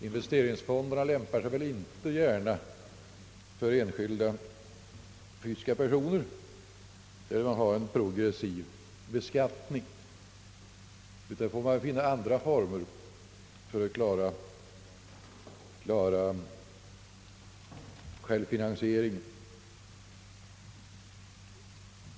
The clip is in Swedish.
Investeringsfonderna lämpar sig väl inte gärna för fysiska personer, där beskattningen är progressiv. I det fallet får man väl finna andra former för att klara självfinansieringen.